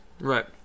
Right